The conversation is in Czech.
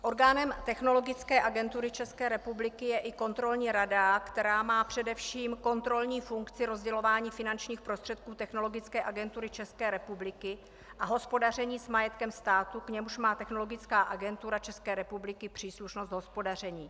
Orgánem Technologické agentury České republiky je i Kontrolní rada, která má především kontrolní funkci rozdělování finančních prostředků Technologické agentury České republiky a hospodaření s majetkem státu, k němuž má Technologická agentura České republiky příslušnost hospodaření.